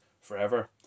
forever